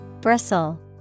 Bristle